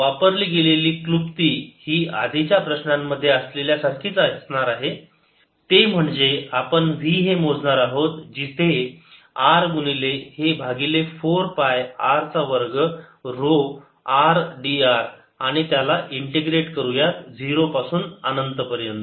वापरली गेलेली क्लुप्ती ही या आधीच्या प्रश्नांमध्ये असलेल्या सारखीच असणार आहे ते म्हणजे आपण v हे मोजणार आहोत जिथे r गुणिले हे भागिले 4 पाय r चा वर्ग ऱ्हो r dr आणि त्याला इंटिग्रेट करूयात झिरो पासून आनंत पर्यंत